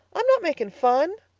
i'm not making fun,